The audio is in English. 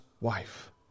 wife